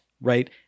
right